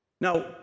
Now